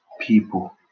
people